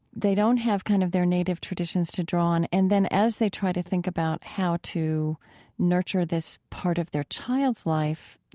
they don't have kind of their native traditions to draw on, and then as they try to think about how to nurture this part of their child's life,